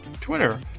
Twitter